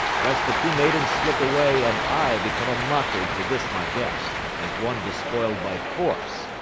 lest the two maidens slip away, and i become a mockery to this my guest, as one despoiled by force.